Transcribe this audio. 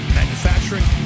manufacturing